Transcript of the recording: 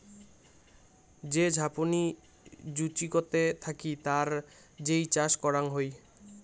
যে ঝাপনি জুচিকতে থাকি তার যেই চাষ করাং হই